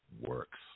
works